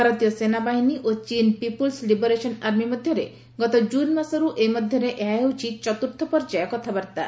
ଭାରତୀୟ ସେନାବାହିନୀ ଓ ଚୀନ୍ ପିପୁଲ୍ସ ଲିବରେସନ୍ ଆର୍ମି ମଧ୍ୟରେ ଗତ ଜୁନ୍ ମାସରୁ ଏ ମଧ୍ୟରେ ଏହା ହେଉଛି ଚତ୍ରର୍ଥ ପର୍ଯ୍ୟାୟ କଥାବାର୍ତ୍ତା